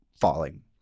falling